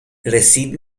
رسید